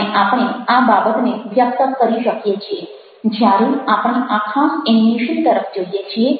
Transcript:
અને આપણે આ બાબતને વ્યક્ત કરી શકીએ છીએ જ્યારે આપણે આ ખાસ એનિમેશન તરફ જોઈએ છીએ